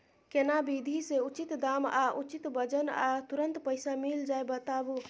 केना विधी से उचित दाम आ उचित वजन आ तुरंत पैसा मिल जाय बताबू?